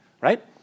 right